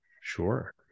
Sure